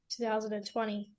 2020